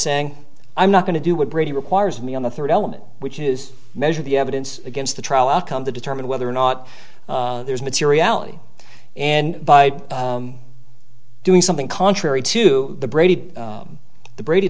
saying i'm not going to do what brady requires me on the third element which is measure the evidence against the trial outcome to determine whether or not there's materiality and by doing something contrary to the brady the brady